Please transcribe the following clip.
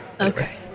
Okay